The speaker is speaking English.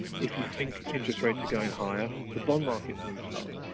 if you think interest rates are going higher, the bond market moves lower.